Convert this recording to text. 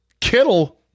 Kittle